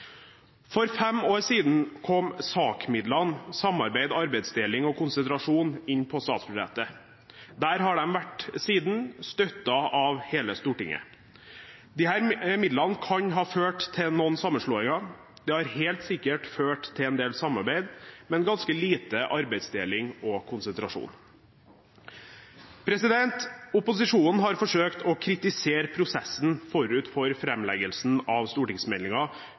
For fem år siden kom SAK-midlene – samarbeid, arbeidsdeling og konsentrasjon – inn på statsbudsjettet. Der har de vært siden, støttet av hele Stortinget. Disse midlene kan ha ført til noen sammenslåinger, og det har helt sikkert ført til en del samarbeid, men ganske lite arbeidsdeling og konsentrasjon. Opposisjonen har forsøkt å kritisere prosessen forut for framleggelsen av